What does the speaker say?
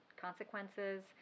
consequences